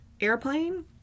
airplane